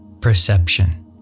perception